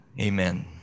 amen